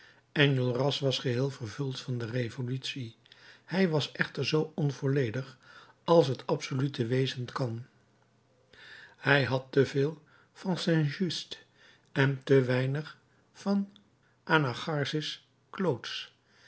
enjolras was geheel vervuld van de revolutie hij was echter zoo onvolledig als het absolute wezen kan hij had te veel van saint just en te weinig van anacharsis clootz